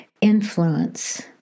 influence